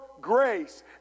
grace